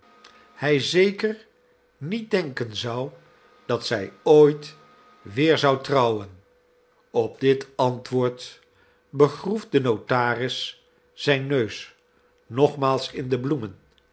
bezoek ker niet denken zou dat zij ooit weer zou trouwen op dit antwoord begroef de notaris zijn neus nogmaals in de bloemen